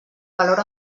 valor